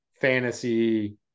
fantasy